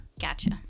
Gotcha